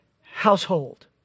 household